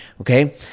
okay